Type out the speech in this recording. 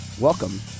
welcome